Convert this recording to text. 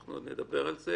אנחנו עוד נדבר על זה